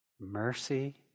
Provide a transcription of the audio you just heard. mercy